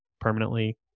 permanently